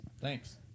Thanks